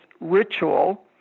ritual